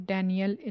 Daniel